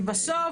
כי בסוף,